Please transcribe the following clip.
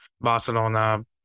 Barcelona